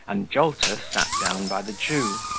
and jolter sat down by the jew.